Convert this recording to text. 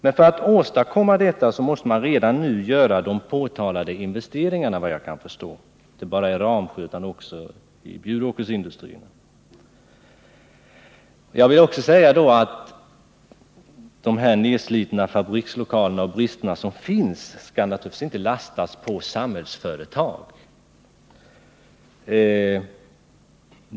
Men för att åstadkomma detta måste man, vad jag kan förstå, redan nu göra de påtalade investeringarna — och som jag sade behöver det investeras inte bara i Ramsjö utan också vid Bjuråkers industrier. Jag vill säga att de brister som finns, nedslitna fzorikslokaler osv., naturligtvis inte skall lastas på Samhällsföretag.